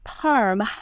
term